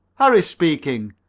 harris speaking.